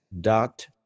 dot